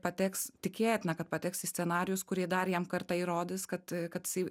pateks tikėtina kad pateks į scenarijus kurie dar jam kartą įrodys kad kad jisai